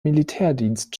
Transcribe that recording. militärdienst